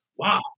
Wow